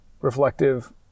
reflective